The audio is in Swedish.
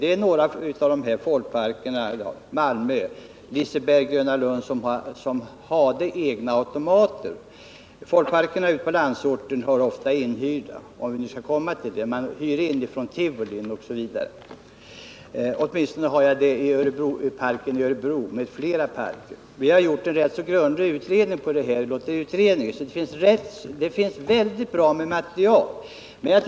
Det var några av folkparkerna — folkparken i Malmö, Liseberg och Gröna Lund — som hade egna automater. Folkparkerna i landsorten hade ofta inhyrda automater. Så var det åtminstone i parken i Örebro m.fl. parker. Lotteriutredningen har gjort en rätt grundlig utredning av detta, så det finns bra med material om det.